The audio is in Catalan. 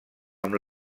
amb